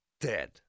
Dead